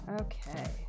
Okay